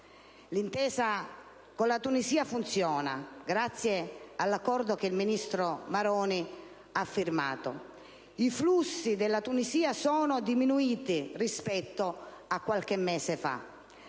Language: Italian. L'intesa con la Tunisia funziona grazie all'accordo che il ministro Maroni ha sottoscritto: e i flussi dalla Tunisia sono diminuiti rispetto a qualche mese fa.